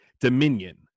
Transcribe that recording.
Dominion